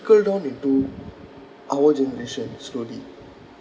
curl down into our generation slowly